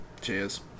cheers